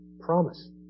promise